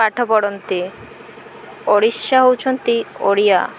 ପାଠ ପଢ଼ନ୍ତି ଓଡ଼ିଶା ହେଉଛନ୍ତି ଓଡ଼ିଆ